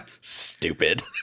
Stupid